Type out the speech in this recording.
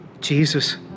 Jesus